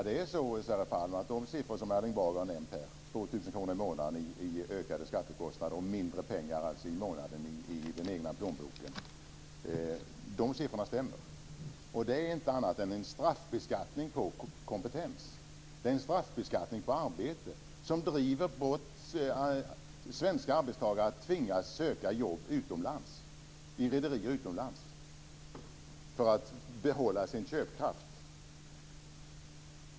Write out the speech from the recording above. Herr talman! De siffror som Erling Bager har nämnt här, 2 000 kr i månaden i ökade skattekostnader och alltså mindre pengar i den egna plånboken, stämmer. Det är inte annat än en straffbeskattning på kompetens, på arbete, som tvingar svenska arbetstagare att söka jobb i rederier utomlands för att behålla sin köpkraft.